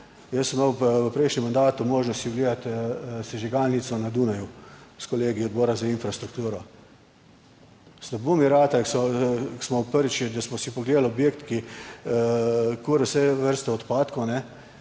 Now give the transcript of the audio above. Jaz sem imel v prejšnjem mandatu možnost ogledati sežigalnico na Dunaju s kolegi Odbora za infrastrukturo. Slabo mi rata. Prvič, da sem si pogledali objekt, ki kuri vse vrste odpadkov